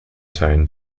tone